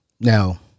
Now